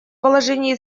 положении